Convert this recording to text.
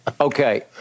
Okay